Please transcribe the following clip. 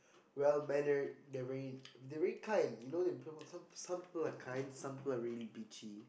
well mannered they're very they're very kind you know they some some people are kind some people are really bitchy